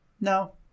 No